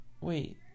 wait